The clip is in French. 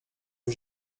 que